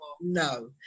No